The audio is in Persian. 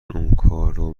اونکارو